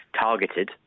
targeted